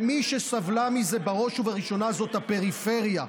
ומי שסבלה מזה, בראש ובראשונה, זאת הפריפריה.